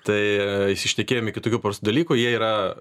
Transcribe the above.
tai išsišnekėjom iki tokių dalykų jie yra